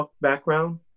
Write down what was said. background